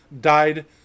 died